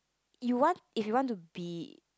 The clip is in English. you want if you want to be